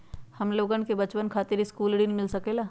हमलोगन के बचवन खातीर सकलू ऋण मिल सकेला?